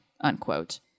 unquote